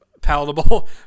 palatable